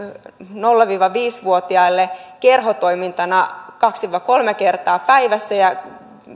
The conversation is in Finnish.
nolla viiva viisi vuotiaille kerhotoimintana kaksi viiva kolme kertaa viikossa ja